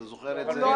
מלכין, אתה זוכר את זה.